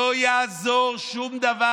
לא יעזור שום דבר,